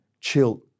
chill